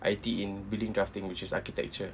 I_T in building drafting which is architecture